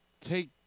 take